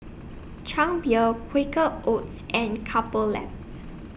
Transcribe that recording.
Chang Beer Quaker Oats and Couple Lab